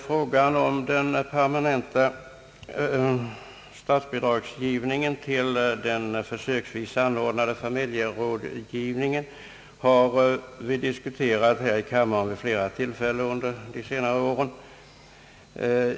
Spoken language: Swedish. Frågan om den permanenta statsbidragsgivningen till den försöksvis anordnade familjerådgivningen har vi diskuterat här i kammaren vid flera tillfällen under senare år.